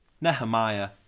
Nehemiah